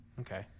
okay